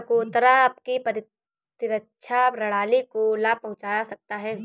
चकोतरा आपकी प्रतिरक्षा प्रणाली को लाभ पहुंचा सकता है